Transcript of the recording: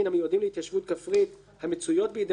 להתיישבות כפרית המצויות בידי הממונה,